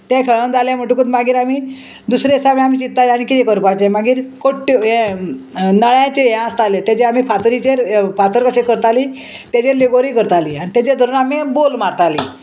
तें खेळोन जालें म्हणटकूत मागीर आमी दुसरे दिसा बी आमी चित्ताले आनी किदें करपाचें मागीर कोट्ट्यो हें नळ्याचे हें आसतालें तेजें आमी फातरीचेर फातर कशें करतालीं तेजेर लेगोरी करतालीं आनी तेजेर धरून आमी बोल मारतालीं